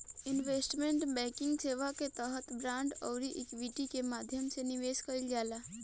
investment banking सेवा के तहत बांड आउरी इक्विटी के माध्यम से निवेश कईल जाला